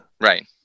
Right